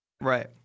Right